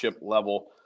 level